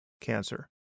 cancer